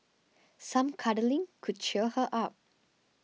some cuddling could cheer her up